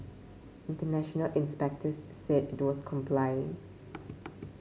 international inspectors said it was complying